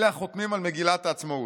אלה החותמים על מגילת העצמאות: